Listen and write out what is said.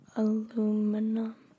aluminum